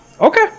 Okay